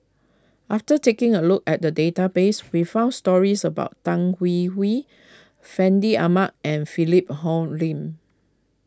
after taking a look at the database we found stories about Tan Hwee Hwee Fandi Ahmad and Philip Hoalim